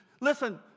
Listen